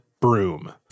broom